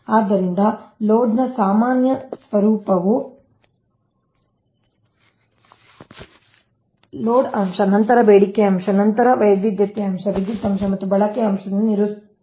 ಆದ್ದರಿಂದ ಲೋಡ್ನ ಸಾಮಾನ್ಯ ಸ್ವರೂಪವು ಲೋಡ್ ಅಂಶ ನಂತರ ಬೇಡಿಕೆಯ ಅಂಶ ನಂತರ ವೈವಿಧ್ಯತೆಯ ಅಂಶ ವಿದ್ಯುತ್ ಅಂಶ ಮತ್ತು ಬಳಕೆಯ ಅಂಶದಿಂದ ನಿರೂಪಿಸಲ್ಪಟ್ಟಿದೆ